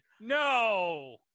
No